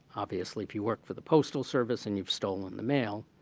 obviously, if you work for the postal service and you've stolen the mail,